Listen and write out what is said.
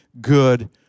good